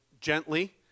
gently